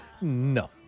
No